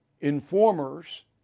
informers